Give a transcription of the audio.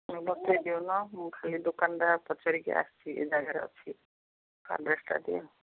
ମତେ ଦଉନ ମୁଁ ଖାଲି ଦୋକାନଟା ପଚାରିକି ଆସିଛି ଏଇ ଜାଗାରେ ଅଛି ଦିଅ